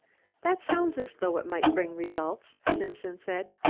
that sounds as though it might bring results, simpson said.